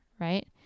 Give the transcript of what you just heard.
right